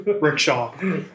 Rickshaw